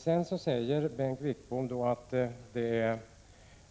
Sedan säger Bengt Wittbom att vi använde en